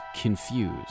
confused